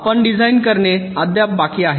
आपण डिझाइन करणे अद्याप बाकी आहे